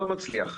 לא מצליח.